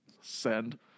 Send